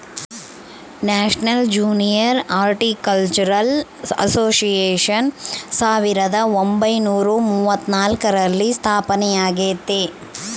national junior horticultural association ಸಾವಿರದ ಒಂಬೈನುರ ಮೂವತ್ನಾಲ್ಕರಲ್ಲಿ ಸ್ಥಾಪನೆಯಾಗೆತೆ